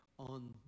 on